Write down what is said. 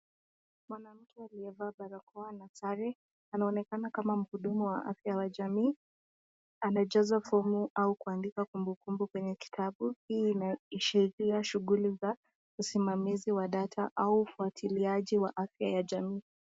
Mwanamke aliyevaa barakoa daktari anaonekana kama mhudumu wa afya ya jamii, anajaza fomu au kuandika kumbukumbu kwenye kitabu. Hii ina ashiria shughuli za usimamizi wa data au ufuatiliaji wa afya ya jamii.